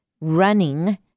running